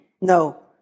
No